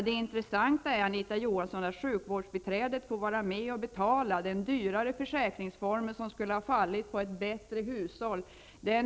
Det intressanta är, Anita Johansson, att sjukvårdsbiträdet får vara med att betala de dyrare försäkringsformer som skulle ha fallit på bättre hushåll.